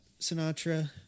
sinatra